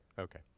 Okay